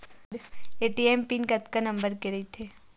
ATM pin कतका number के रही थे?